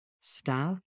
staff